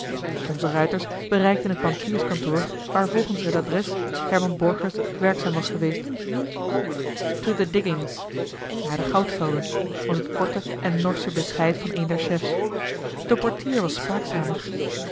onze ruiters bereikten het bankierskantoor waar volgens het adres herman borgers werkzaam was geweest to the diggings naar de goudvelden was het korte en norsche bescheid van een der chefs de portier was spraakzamer